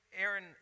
Aaron